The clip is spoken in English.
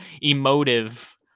emotive